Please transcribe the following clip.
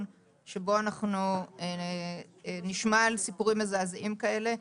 שבו אנחנו נשמע על סיפורים מזעזעים כאלה.